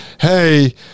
hey